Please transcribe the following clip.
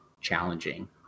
challenging